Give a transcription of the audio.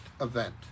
event